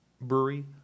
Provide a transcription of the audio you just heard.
Brewery